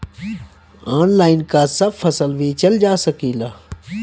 Online का सब फसल बेचल जा सकेला?